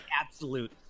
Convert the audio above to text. absolute